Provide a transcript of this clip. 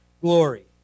glory